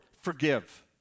forgive